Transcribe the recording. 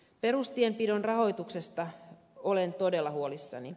perustienpidon rahoituksesta olen todella huolissani